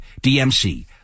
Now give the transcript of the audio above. DMC